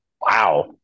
Wow